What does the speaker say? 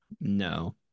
No